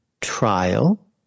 trial